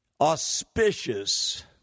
auspicious